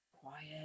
quiet